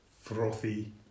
frothy